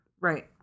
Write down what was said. Right